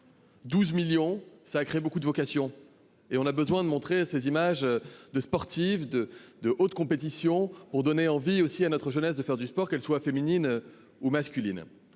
12 millions, ça crée beaucoup de vocations et on a besoin de montrer ces images de sportive de de haute compétition pour donner envie aussi à notre jeunesse de faire du sport, qu'elle soit féminine ou masculine.